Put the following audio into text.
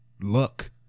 luck